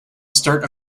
start